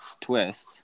twist